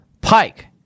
Pike